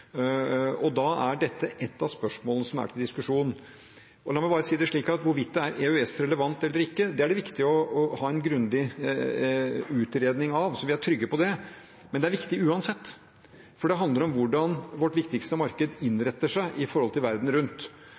Da er dette et av spørsmålene som er til diskusjon. La meg bare si det slik at hvorvidt det er EØS-relevant eller ikke, er det viktig å ha en grundig utredning av, så vi er trygge på det, men det er viktig uansett, for det handler om hvordan vårt viktigste marked innretter seg i forhold til verden rundt.